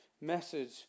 message